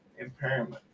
impairment